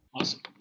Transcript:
Awesome